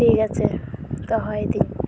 ᱴᱷᱤᱠ ᱟᱪᱷᱮ ᱫᱚᱦᱚᱭᱮᱫᱟᱹᱧ